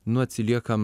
nu atsiliekam